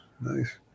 nice